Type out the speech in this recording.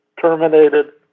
terminated